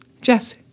Jess